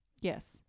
Yes